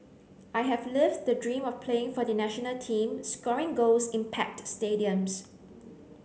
I have lived the dream of playing for the national team scoring goals in packed stadiums